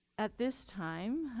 at this time,